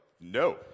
no